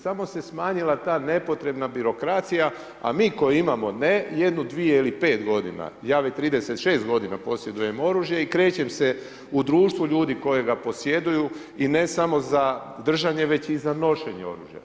Samo se smanjila ta nepotrebna birokracija, a mi koji imamo ne jednu, dvije ili pet godina, ja već 36 godina posjedujem oružje i krećem se u društvu ljudi koji ga posjeduju i ne samo za držanje već i za nošenje oružja.